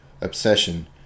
obsession